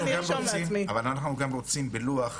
אם אפשר, אנחנו גם רוצים פילוח.